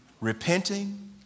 repenting